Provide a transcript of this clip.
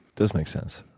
does make sense.